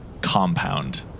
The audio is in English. compound